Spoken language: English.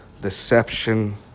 deception